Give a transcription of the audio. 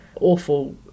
awful